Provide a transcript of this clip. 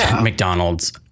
McDonald's